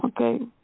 Okay